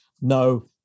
no